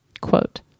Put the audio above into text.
quote